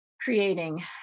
creating